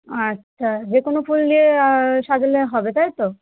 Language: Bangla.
আচ্ছা যে কোনো ফুল দিয়ে সাজালে হবে তাই তো